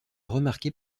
remarqués